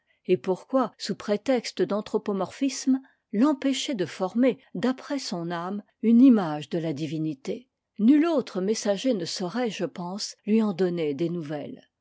et pourquoi sous prétexte d'anthropomorphisme l'empêcher de former d'après son âme une image de la divinité nul autre messager ne saurait je pense lui en donner des nouvelles